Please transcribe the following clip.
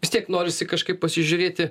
vis tiek norisi kažkaip pasižiūrėti